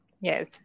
Yes